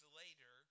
later